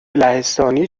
لهستانی